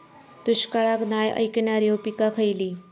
दुष्काळाक नाय ऐकणार्यो पीका खयली?